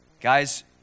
Guys